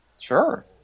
Sure